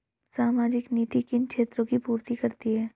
सामाजिक नीति किन क्षेत्रों की पूर्ति करती है?